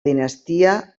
dinastia